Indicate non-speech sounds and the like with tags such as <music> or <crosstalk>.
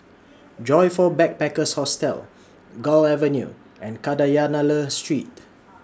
<noise> Joyfor Backpackers' Hostel Gul Avenue and Kadayanallur Street